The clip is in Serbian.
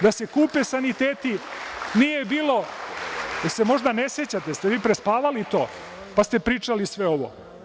Da se kupe saniteti nije bilo, da se možda ne sećate, jeste vi prespavali to, pa ste pričali sve ovo.